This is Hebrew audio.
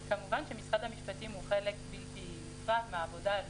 כמובן, משרד המשפטים הוא חלק בלתי נפרד מהעבודה.